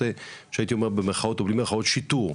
שהייתי אומר - במירכאות או בלי מירכאות - שיטור.